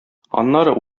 аннары